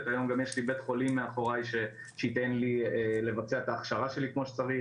היום גם יש לי בית חולים מאחרי שייתן לי לבצע את ההכשרה שלי כמו שצריך,